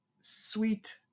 sweet